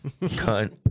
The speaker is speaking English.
Cunt